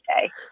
today